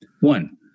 One